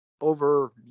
over